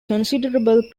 considerable